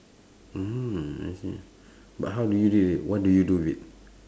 mm I see ah but how do you deal with it what do you do with it